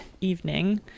evening